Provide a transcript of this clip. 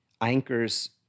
anchors